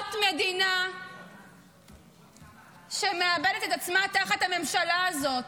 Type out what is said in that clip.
זאת מדינה שמאבדת את עצמה תחת הממשלה הזאת.